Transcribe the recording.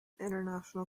international